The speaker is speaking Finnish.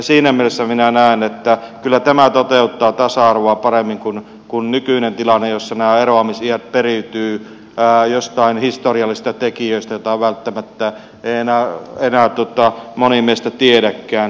siinä mielessä minä näen että kyllä tämä toteuttaa tasa arvoa paremmin kuin nykyinen tilanne jossa nämä eroamisiät periytyvät joistain historiallisista tekijöistä joita välttämättä ei enää moni meistä tiedäkään